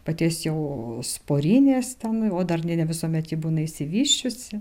paties jau sporinės ten o dar ne ne visuomet ji būna išsivysčiusi